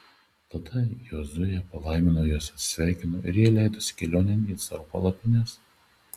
tada jozuė palaimino juos atsisveikino ir jie leidosi kelionėn į savo palapines